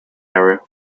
area